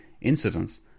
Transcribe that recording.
incidents